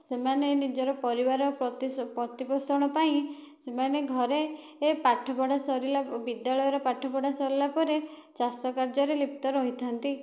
ସେମାନେ ନିଜର ପରିବାର ପ୍ରତି ପ୍ରତିପୋଷଣ ପାଇଁ ସେମାନେ ଘରେ ପାଠପଢ଼ା ସରିଲା ବିଦ୍ୟାଳୟର ପାଠପଢ଼ା ସରିଲାପରେ ଚାଷ କାର୍ଯ୍ୟରେ ଲିପ୍ତ ରହିଥାନ୍ତି